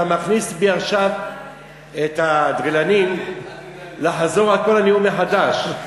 אתה מכניס בי עכשיו את האדרנלין לחזור על כל הנאום מחדש.